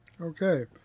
Okay